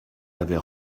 avait